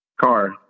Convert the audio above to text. Car